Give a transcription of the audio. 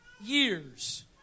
years